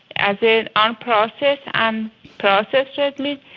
as in unprocessed and processed red meat,